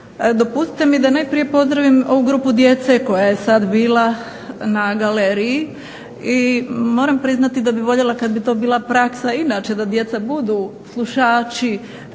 Dopustite mi da najprije pozdravim ovu grupu djece koja je sada bila na galeriji i moram priznati da bih voljela kada bi to bila praksa inače da djeca budu slušači